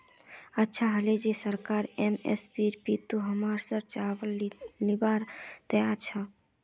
अच्छा हले जे सरकार एम.एस.पीर बितु हमसर चावल लीबार तैयार छ